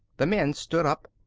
the men stood up,